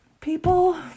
people